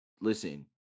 listen